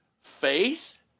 faith